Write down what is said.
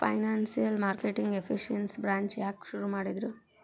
Financial marketing efficiency branch ಯಾಕ್ ಶುರು ಮಾಡಿದ್ರು?